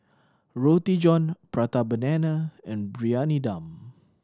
Roti John Prata Banana and Briyani Dum